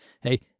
hey